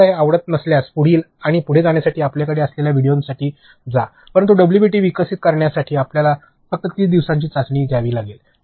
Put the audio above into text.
आपणास हे आवडत नसल्यास पुढील आणि पुढे जाण्यासाठी आपल्याकडे असलेल्या व्हिडिओंसाठी जा परंतु डब्ल्यूबीटी विकसित करण्यासाठी आपल्याला फक्त ३० दिवसांची चाचणी घ्यावी लागेल